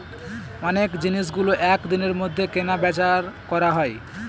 অনেক জিনিসগুলো এক দিনের মধ্যে কেনা বেচা করা হয়